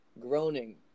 groaning